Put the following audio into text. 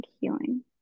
healing